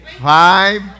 Five